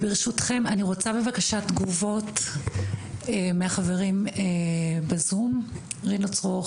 ברשותכם אני רוצה בבקשה תגובות מהחברים בזום רינו צרור,